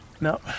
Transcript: No